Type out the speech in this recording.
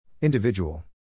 Individual